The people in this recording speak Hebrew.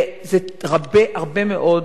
והרבה מאוד